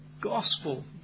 gospel